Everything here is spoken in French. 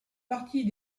partie